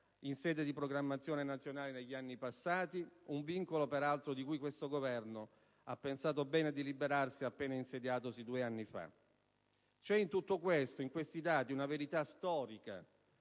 in sede di programmazione nazionale negli anni passati: un vincolo, peraltro, di cui questo Governo ha pensato bene di liberarsi appena insediatosi due anni fa! C'è in tutti questi dati una verità storica